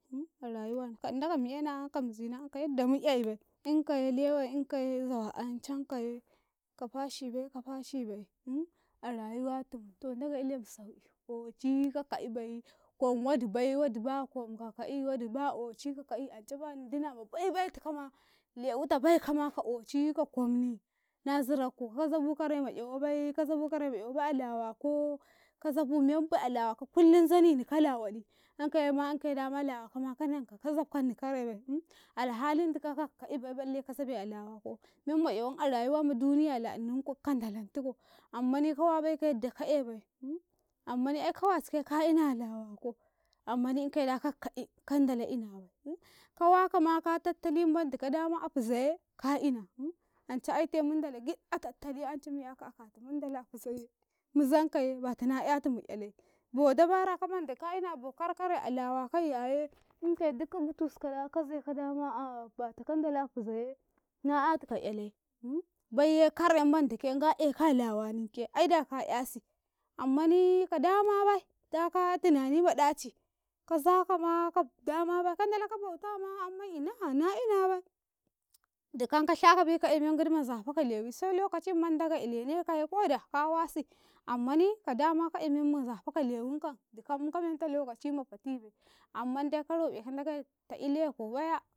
A rayuwamu ka ina ka mi'yannan ka mizina an ka yadda mu'aibi inkaye lewai inkaye zawa an cankaye ka fashibai ka fashibai a rayuwatumu to ndagai ilemu sau'i ,oci kaka'ibai kwan wodibai wodi ba kwan kaka'i wodi ba oci kaka'i ance ban dina ma baibai tikama lewita baikama ka oci ka kwamni na zirokko ka zabu kare ma 'yawosaii ka zabu karama 'yawobaia lawako ka zabu membai a lawako kullum zanini kala waɗi'yankaye ma 'yanka dama lawakama ka nanka ka zabkani kare bai alhalin dika ka ka'ibai balle ka zabe a lawakau memma 'yawan a rayuwa ma duniya lain in kuɗkan ndalantiko ammani kawabai ka yadda ka ebai ammani ka wasinkaye ka inaa lawako, ammani inkaye da ka ka e kanala ina bai kawa kama tattalimmandi kada ma a fuzaye ka ina anca aite mundala giɗ a tatali anca mu'yaka akata munidala a fuzaye mu zankaye bata na'yatum 'yale bo dabara kamanda ka ina bo kare -kare a lawakai yaye inkaye duk ka gutu suka da ka zaka dama a bata kandala a fuzaye na'yatika 'yale bayye karam manda ke nga eka a lawaninke aida ka'yasi ammni ka damabai daka tinani madaci ka zakama ka damabi kandala ka bautama amman ina na inabai dukan shakabe ka emen gidi manzafaka lewi selokaci mandagai ilenekaye ko dateka wasi ammani ka dama ka e memman nzafaka lewinkam dikamka menta lokaci ma fatibai ammandai ka rolekandagai ta ileku baya